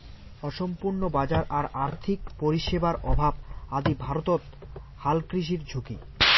অসম্পূর্ণ বাজার আর আর্থিক পরিষেবার অভাব আদি ভারতত হালকৃষির ঝুঁকি